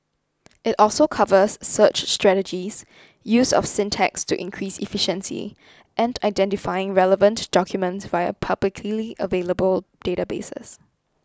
it also covers search strategies use of syntax to increase efficiency and identifying relevant documents via publicly available databases